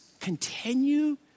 continue